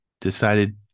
decided